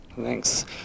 Thanks